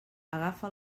agafa